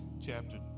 chapter